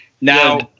now